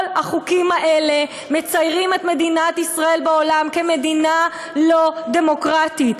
כל החוקים האלה מציירים את מדינת ישראל בעולם כמדינה לא דמוקרטית.